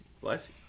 Bless